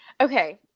okay